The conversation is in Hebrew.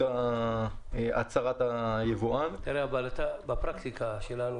הצהרת היבואן -- אבל בפרקטיקה שלנו,